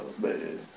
man